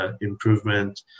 improvement